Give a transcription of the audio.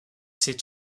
ses